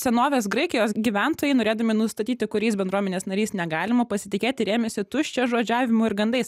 senovės graikijos gyventojai norėdami nustatyti kuriais bendruomenės nariais negalima pasitikėti rėmėsi tuščiažodžiavimu ir gandais